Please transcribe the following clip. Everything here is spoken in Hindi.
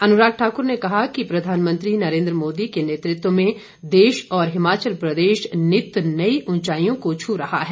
अनुराग ठाकुर ने कहा कि प्रधानमंत्री नरेंद्र मोदी के नेतृत्व में देश और हिमाचल प्रदेश नित नई ऊंचाईयों को छू रहा है